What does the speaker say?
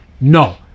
No